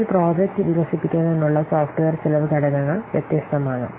അതിനാൽ ഒരു പ്രോജക്റ്റ് വികസിപ്പിക്കുന്നതിനുള്ള സോഫ്റ്റ്വെയർ ചെലവ് ഘടകങ്ങൾ വ്യത്യസ്തമാണ്